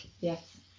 Yes